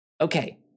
Okay